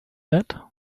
that